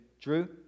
Drew